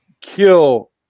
kill